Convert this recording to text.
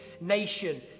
nation